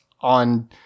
on